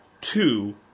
two